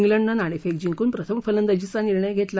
उलंडन नाणेफेक जिंकून प्रथम फलंदाजीचा निर्णय घेतला